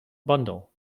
bundle